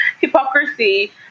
hypocrisy